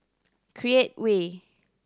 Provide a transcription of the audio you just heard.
Create Way